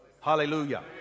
hallelujah